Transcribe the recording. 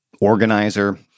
organizer